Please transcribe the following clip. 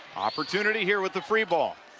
opportunity here with the free ball,